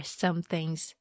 something's